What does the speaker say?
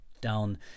down